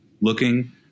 looking